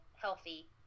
healthy